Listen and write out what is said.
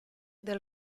del